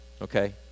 okay